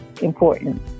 important